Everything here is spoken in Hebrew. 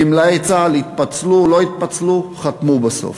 גמלאי צה"ל התפצלו, לא התפצלו, חתמו בסוף.